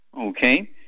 Okay